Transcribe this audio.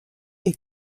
est